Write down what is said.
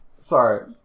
Sorry